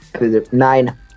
Nine